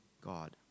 God